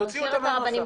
תוציאו אותם מהנוסח.